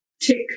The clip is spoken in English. tick